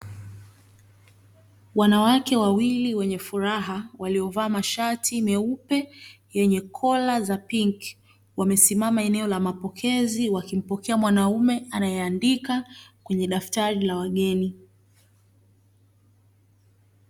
Wanawake wawili wenye furaha waliovaa mashati myeupe yenye kola za pinki, wamesimama eneo la mapokezi wakimpokea mwanaume anayeandika kwenye daftari la wageni.